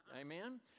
amen